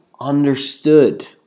understood